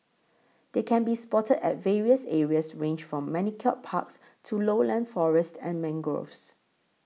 they can be spotted at various areas ranged from manicured parks to lowland forests and mangroves